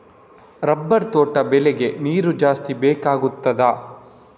Rubber ತೋಟ ಬೆಳೆಗೆ ನೀರು ಜಾಸ್ತಿ ಬೇಕಾಗುತ್ತದಾ?